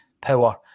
power